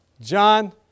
John